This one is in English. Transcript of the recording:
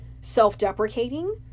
self-deprecating